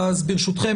ברשותכם,